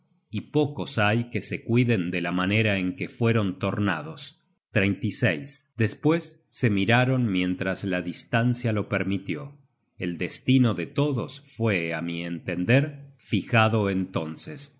y pocos hay que se cuiden de la manera en que fueron tornados despues se miraron mientras la distancia lo permitió el destino de todos fue á mi entender fijado entonces